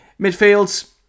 Midfields